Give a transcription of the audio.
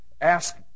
ask